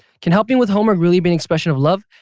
can helping with homework really be an expression of love?